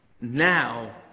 now